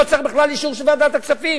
לא צריך בכלל אישור של ועדת הכספים.